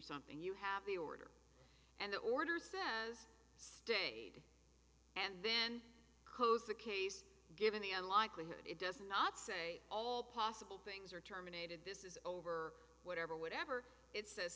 something you have the order and the order says stay and then caus the case given the other likelihood it does not say all possible things are terminated this is over whatever whatever it says